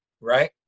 Right